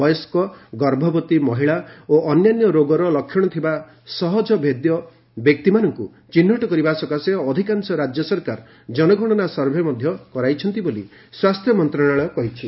ବୟସ୍କ ଗର୍ଭବତୀ ମହିଳା ଓ ଅନ୍ୟାନ୍ୟ ରୋଗର ଲକ୍ଷଣ ଥିବା ସହଜଭେଦ୍ୟ ବ୍ୟକ୍ତିମାନଙ୍କୁ ଚିହ୍ନଟ କରିବା ସକାଶେ ଅଧିକାଂଶ ରାଜ୍ୟ ସରକାର ଜନଗଣନା ସର୍ଭେ ମଧ୍ୟ କରାଇଛନ୍ତି ବୋଲି ସ୍ପାସ୍ଥ୍ୟ ମନ୍ତ୍ରଣାଳୟ କହିଛି